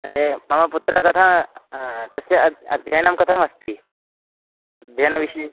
एव मम पुत्रः कथं तस्य अद्य अध्ययनं कथमस्ति अध्ययनविषये